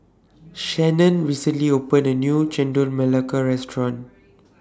Shannan recently opened A New Chendol Melaka Restaurant